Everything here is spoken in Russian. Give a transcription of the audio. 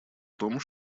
том